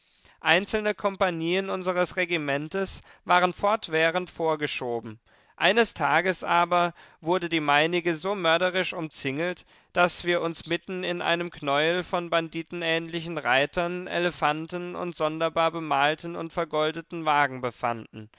einzelne kompanien unseres regimentes waren fortwährend vorgeschoben eines tages aber wurde die meinige so mörderisch umzingelt daß wir uns mitten in einem knäuel von banditenähnlichen reitern elefanten und sonderbar bemalten und vergoldeten wagen befanden